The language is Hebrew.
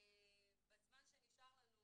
בזמן שנשאר לנו